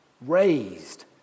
raised